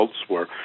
elsewhere